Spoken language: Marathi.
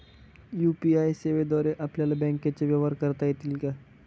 यू.पी.आय सेवेद्वारे आपल्याला बँकचे व्यवहार करता येतात का?